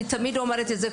אני תמיד אומרת את זה,